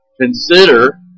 consider